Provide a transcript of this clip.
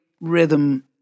rhythm